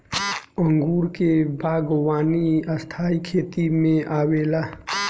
अंगूर के बागवानी स्थाई खेती में आवेला